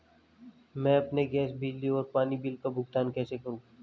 मैं अपने गैस, बिजली और पानी बिल का भुगतान कैसे करूँ?